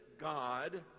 God